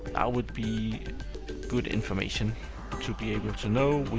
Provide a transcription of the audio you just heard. would be good information to be able to know,